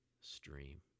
stream